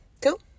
Cool